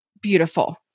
beautiful